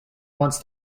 once